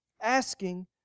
asking